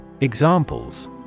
Examples